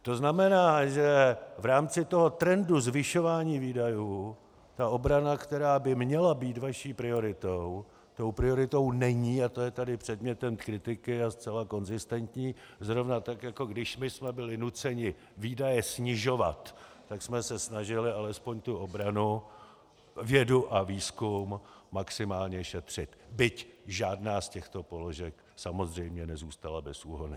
To znamená, že v rámci toho trendu zvyšování výdajů ta obrana, která by měla být vaší prioritou, tou prioritou není, a to je tady předmětem kritiky a zcela konzistentní zrovna tak, jako když my jsme byli nuceni výdaje snižovat, tak jsme se snažili alespoň tu obranu, vědu a výzkum maximálně šetřit, byť žádná z těchto položek samozřejmě nezůstala bez úhony.